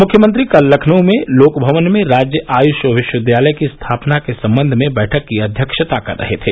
मुख्यमंत्री कल लखनऊ में लोकभवन में राज्य आयु विश्वविद्यालय की स्थापना के संबंध में बैठक की अध्यक्षता कर रहे थे